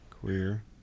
Queer